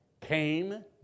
came